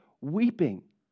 weeping